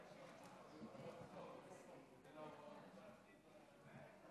פינדרוס הולך לנאום ארוך.